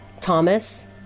Thomas